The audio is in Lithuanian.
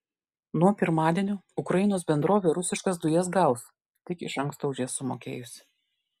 nuo pirmadienio ukrainos bendrovė rusiškas dujas gaus tik iš anksto už jas sumokėjusi